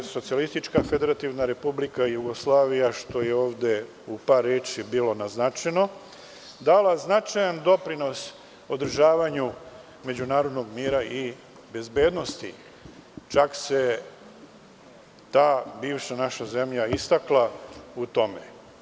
Socijalistička federativna republika Jugoslavija, što je ovde u par reči bilo naznačeno, dala je značajan doprinos održavanju međunarodnog mira i bezbednosti, čak se ta naša bivša zemlja istakla i u tome.